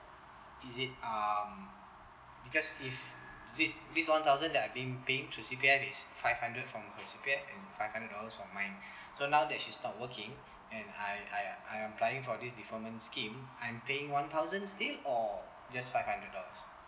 is it um because if this this one thousand that I paying paying through C_P_F is five hundred from her C_P_F and five hundred dollars from mine so now that she's stop working and I I I'm applying for this deferment scheme I'm paying one thousands still or just five hundred dollars